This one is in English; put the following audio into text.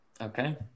Okay